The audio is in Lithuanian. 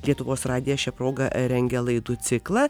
lietuvos radijas šia proga rengia laidų ciklą